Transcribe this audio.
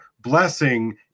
blessing